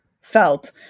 felt